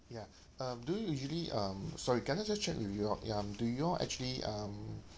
ya um do you usually um sorry can I just check with you all um do you all actually um